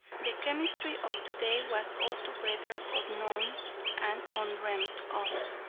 the chemistry of to-day was altogether unknown and undreamt of.